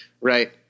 right